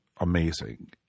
amazing